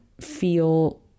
feel